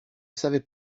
savait